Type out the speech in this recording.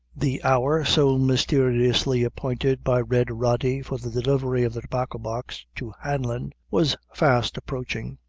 the hour so mysteriously appointed by red rody for the delivery of the tobacco-box to hanlon, was fast approaching,